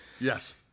Yes